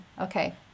Okay